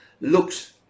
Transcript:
looks